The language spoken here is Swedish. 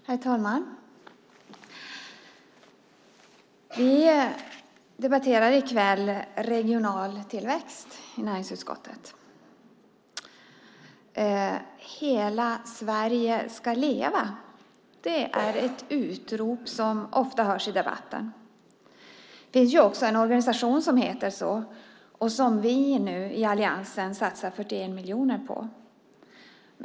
Herr talman! Vi debatterar i kväll näringsutskottets betänkande om regional tillväxt. Hela Sverige ska leva är ett utrop som ofta hörs i debatten. Det finns också en organisation som heter så och som vi i alliansen nu satsar 41 miljoner på.